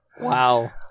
Wow